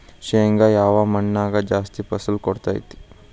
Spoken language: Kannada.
ಶೇಂಗಾ ಯಾವ ಮಣ್ಣಾಗ ಜಾಸ್ತಿ ಫಸಲು ಕೊಡುತೈತಿ?